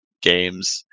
games